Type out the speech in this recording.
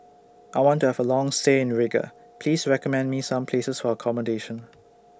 I want to Have A Long stay in Riga Please recommend Me Some Places For accommodation